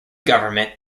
government